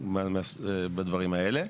בדברים האלה,